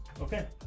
Okay